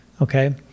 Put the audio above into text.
okay